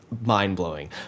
mind-blowing